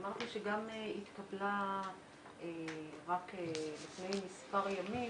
אמרתי שגם התקבלה רק לפני מספר ימים